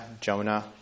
Jonah